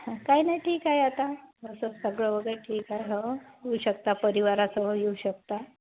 हा काही नाही ठीक आहे आता असं सगळं वगैरे ठीक आहे हो येऊ शकता परिवारासह येऊ शकता